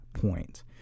point